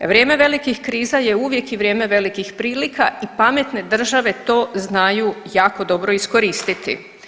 Vrijeme velikih kriza je uvijek i vrijeme velikih prilika i pametne države to znaju jako dobro iskoristiti.